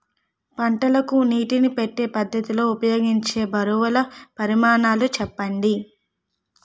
పంటలకు నీటినీ పెట్టే పద్ధతి లో ఉపయోగించే బరువుల పరిమాణాలు చెప్పండి?